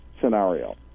scenario